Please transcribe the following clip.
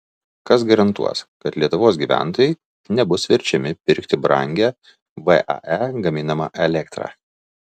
kas garantuos kad lietuvos gyventojai nebus verčiami pirkti brangią vae gaminamą elektrą